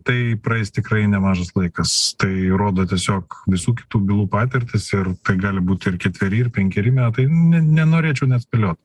tai praeis tikrai nemažas laikas tai rodo tiesiog visų kitų bylų patirtys ir tai gali būti ir ketveri ir penkeri metai ne nenorėčiau net spėliot